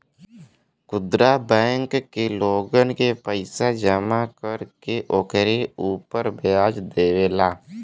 खुदरा बैंक लोगन के पईसा जमा कर के ओकरे उपर व्याज देवेला